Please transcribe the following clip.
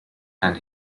and